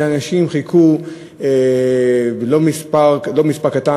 אנשים חיכו, לא מספר קטן.